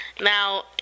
now